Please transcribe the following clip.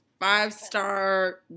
five-star